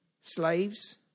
Slaves